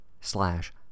slash